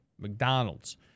McDonald's